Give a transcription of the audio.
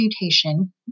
mutation